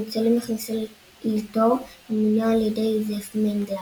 הניצולים הוכנסו לתור ומוינו על ידי יוזף מנגלה.